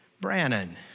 Brannon